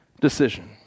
decision